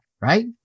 Right